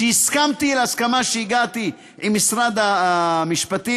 שהסכמתי להסכמה שהגעתי אליה עם משרד המשפטים.